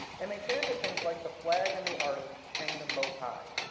and they chanted things like the flag and the artist, hang them both high,